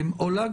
אולג